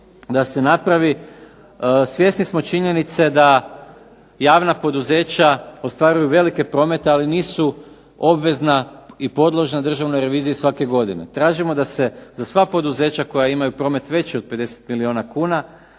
da se napravi, svjesni smo činjenice da javna poduzeća ostvaruju velike promete ali nisu obvezna i podložna državnoj reviziji svake godine. Tražimo da se za sva poduzeća koja imaju promet veći od 50 milijuna kuna